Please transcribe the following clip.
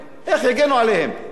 מה המענה שייתנו להם?